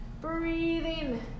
breathing